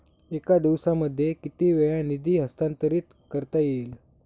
एका दिवसामध्ये किती वेळा निधी हस्तांतरीत करता येईल?